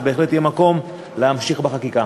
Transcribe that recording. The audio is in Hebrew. בהחלט יהיה מקום להמשיך בחקיקה.